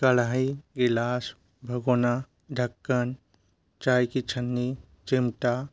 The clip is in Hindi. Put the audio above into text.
कढ़ाई गिलास भगोना ढक्कन चाय की छन्नी चिमटा